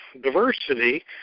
diversity